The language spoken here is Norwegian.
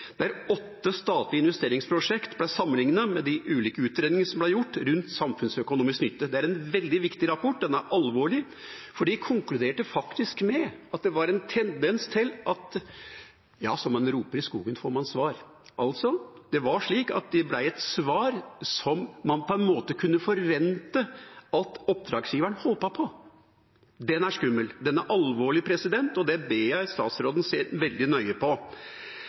der åtte statlige investeringsprosjekt ble sammenlignet med de ulike utredningene som ble gjort om samfunnsøkonomisk nytte. Det er en veldig viktig rapport, og den er alvorlig. For den konkluderte faktisk med at det var en tendens til at «som man roper i skogen får man svar» – altså at det ble et svar som man på en måte kunne forvente, som oppdragsgiveren håpet på. Det er skummelt, det er alvorlig, og det ber jeg statsråden se veldig nøye på.